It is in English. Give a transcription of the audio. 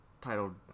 titled